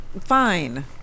Fine